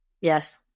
Yes